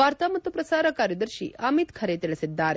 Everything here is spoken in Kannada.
ವಾರ್ತಾ ಮತ್ತು ಪ್ರಸಾರ ಕಾರ್ಯದರ್ಶಿ ಅಮಿತ್ ಖರೆ ತಿಳಿಸಿದ್ದಾರೆ